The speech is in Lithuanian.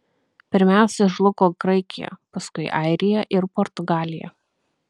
pirmiausia žlugo graikija paskui airija ir portugalija